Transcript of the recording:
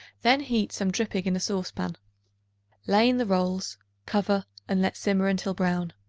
then heat some dripping in a saucepan lay in the rolls cover and let simmer until brown.